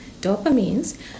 dopamines